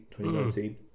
2019